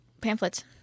pamphlets